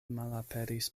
malaperis